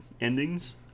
endings